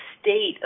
state